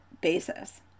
basis